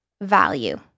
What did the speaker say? value